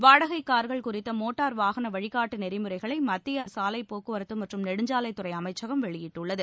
வாடகைக்கார்கள் குறித்த மோட்டார் வாகன வழிகாட்டு நெறிமுறைகளை மத்திய சாலைப்போக்குவரத்து மற்றும் நெடுஞ்சாலைத்துறை அமைச்சகம் வெளியிட்டுள்ளது